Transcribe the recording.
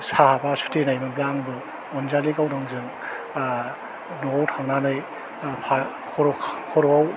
साहाबा सुटि होनाय मोनब्ला आंबो अनजालि गावदांजों ओह न'वाव थांनानै ओह खर' खा खर'आव